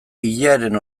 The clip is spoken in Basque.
ilearen